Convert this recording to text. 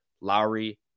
Lowry